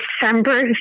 December